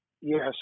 Yes